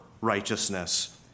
righteousness